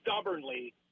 stubbornly